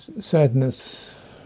sadness